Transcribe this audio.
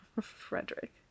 frederick